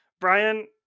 brian